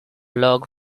large